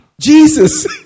Jesus